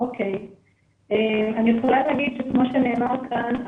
אני יכולה להגיד שכמו שנאמר כאן,